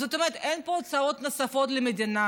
זאת אומרת, אין פה הוצאות נוספות למדינה.